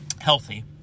healthy